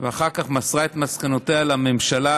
ואחר כך מסרה את מסקנותיה לממשלה,